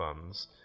funds